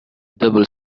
double